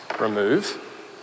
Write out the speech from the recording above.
remove